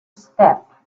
step